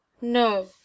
no